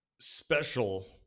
special